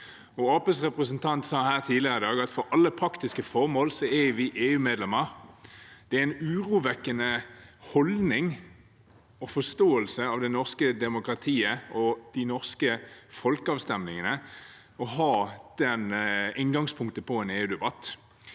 representant sa tidligere i dag at for alle praktiske formål er vi EU-medlem. Det er en urovekkende holdning og forståelse av det norske demokratiet og de norske folkeavstemningene å ha den inngangen til en EU-debatt.